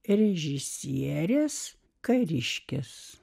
režisierės kariškis